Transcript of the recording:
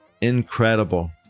incredible